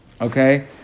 Okay